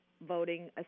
voting